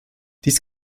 dies